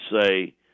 say